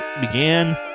began